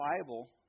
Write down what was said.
Bible